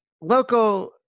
local